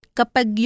kapag